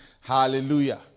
Hallelujah